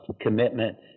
commitment